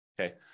Okay